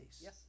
Yes